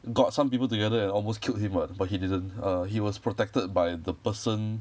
got some people together and almost killed him what but he didn't err he was protected by the person